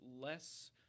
less